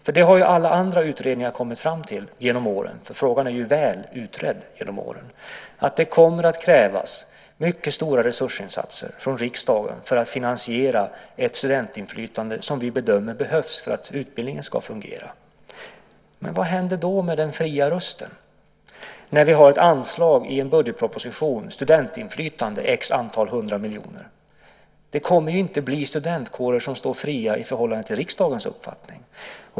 Alla utredningar genom åren har kommit fram till, för frågan är ju väl utredd genom åren, att det kommer att krävas mycket stora resursinsatser från riksdagen för att finansiera ett studentinflytande som vi bedömer behövs för att utbildningen ska fungera. Men vad händer då med den fria rösten när vi har ett anslag i en budgetproposition, Studentinflytande, på ett visst antal hundra miljoner? Det kommer inte att bli studentkårer som står fria i förhållande till riksdagens uppfattning.